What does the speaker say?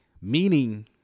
meaning